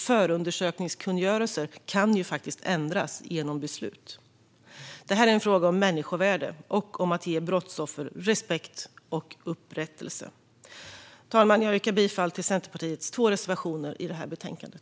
Förundersökningskungörelser kan faktiskt ändras genom beslut. Det här är en fråga om människovärde och om att ge brottsoffer respekt och upprättelse. Fru talman! Jag yrkar bifall till Centerpartiets två reservationer i betänkandet.